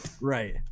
Right